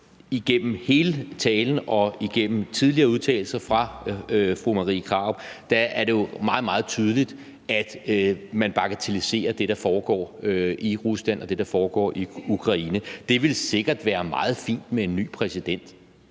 igennem hele talen og igennem tidligere udtalelser fra fru Marie Krarup er det jo meget, meget tydeligt, at man bagatelliserer det, der foregår i Rusland, og det, der foregår i Ukraine. Det ville sikkert være meget fint med en ny præsident,